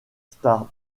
star